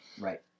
Right